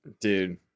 Dude